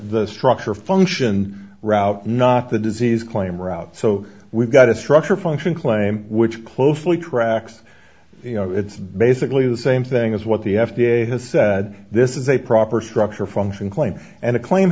the structure function route not the disease claim route so we've got a structure function claim which closely tracks you know it's basically the same thing as what the f d a has said this is a proper structure function claims and a claim